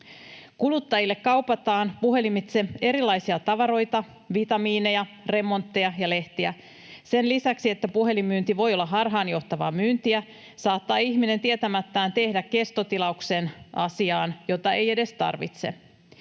Kuluttajille kaupataan puhelimitse erilaisia tavaroita, vitamiineja, remontteja ja lehtiä. Sen lisäksi, että puhelinmyynti voi olla harhaanjohtavaa myyntiä, saattaa ihminen tietämättään tehdä kestotilauksen asiaan, jota ei edes tarvitse.